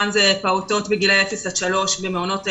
פעם זה פעוטות מגיל אפס עד שלוש במעונות היום.